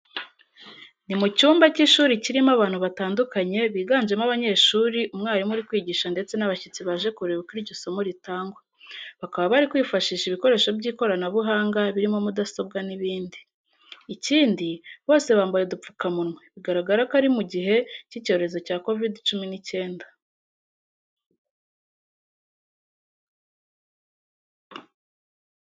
Ni mu cyumba cy'ishuri kirimo abantu batandukanye biganjemo abanyeshuri, umwarimu uri kwigisha ndetse n'abashyitsi baje kureba uko iryo somo ritangwa. Bakaba bari kwifashisha ibikoresho by'ikoranabuhanga birimo mudasobwa n'ibindi. Ikindi, bose bambaye udupfukamunwa, bigaragara ko ari mu gihe cy'icyorezo cya kovide cumi n'icyenda.